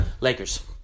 Lakers